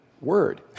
word